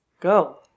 Go